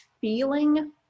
feeling